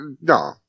no